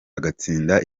agatsinda